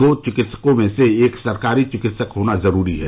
दो चिकित्सकों में से एक सरकारी चिकित्सक होना जरूरी है